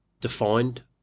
defined